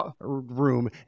room